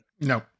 No